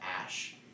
ash